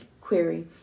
query